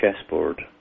chessboard